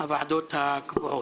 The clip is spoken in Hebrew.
הוועדות הקבועות.